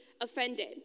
offended